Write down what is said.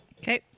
Okay